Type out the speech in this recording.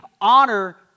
honor